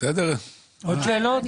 (היו"ר משה גפני, 13:18)